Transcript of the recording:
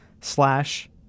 slash